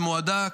במועדה,